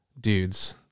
dudes